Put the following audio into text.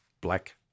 black